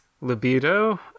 libido